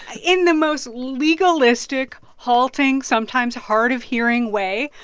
in the most legalistic, halting, sometimes-hard-of-hearing way,